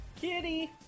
Kitty